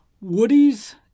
Woody's